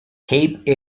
cape